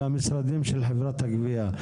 למשרדים של חברת הגבייה,